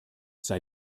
sei